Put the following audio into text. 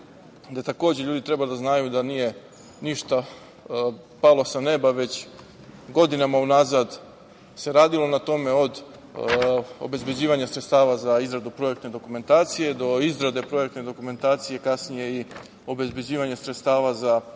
gde takođe ljudi treba da znaju da nije ništa palo sa neba, već godinama unazad se radilo na tome, od obezbeđivanja sredstava za izradu projektne dokumentacije, do izrade projektne dokumentacije, kasnije i obezbeđivanje sredstava za